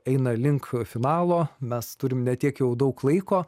eina link finalo mes turime ne tiek jau daug laiko